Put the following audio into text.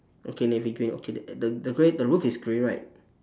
okay navy green okay that the the grey the roof is grey right